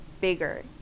bigger